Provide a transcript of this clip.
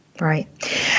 Right